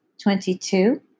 twenty-two